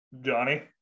Johnny